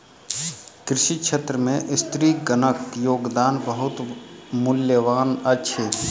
कृषि क्षेत्र में स्त्रीगणक योगदान बहुत मूल्यवान अछि